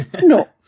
No